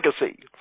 legacy